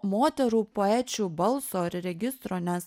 moterų poečių balso ar registro nes